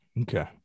Okay